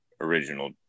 original